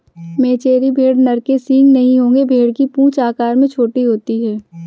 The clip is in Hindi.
मेचेरी भेड़ नर के सींग नहीं होंगे भेड़ की पूंछ आकार में छोटी होती है